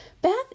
Beth